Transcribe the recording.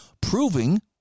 proving